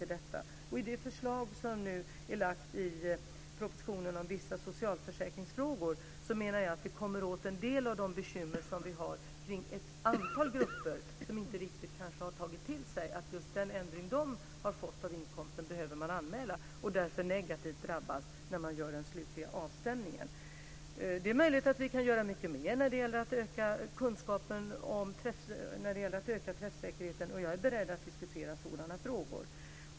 Jag menar att vi i det förslag som har lagts fram i propositionen om vissa socialförsäkringsfrågor kommer åt en del av de bekymmer som vi har kring ett antal grupper som kanske inte riktigt har tagit till sig att de behöver anmäla den ändring just de fått och som därför drabbas negativt när man gör den slutliga avstämningen. Det är möjligt att vi kan göra mycket mer för att öka kunskapen för att öka träffsäkerheten, och jag är beredd att diskutera sådana frågor.